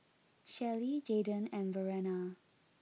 Shelli Jaydon and Verena